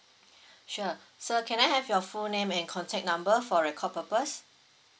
sure sir can I have your full name and contact number for record purpose